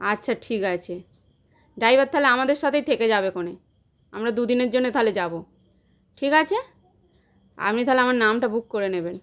আচ্ছা ঠিক আছে ড্রাইভার তাহলে আমাদের সাথেই থেকে যাবেখনে আমরা দু দিনের জন্যে তাহলে যাবো ঠিক আছে আপনি তাহলে আমার নামটা বুক করে নেবেন